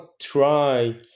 try